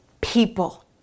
people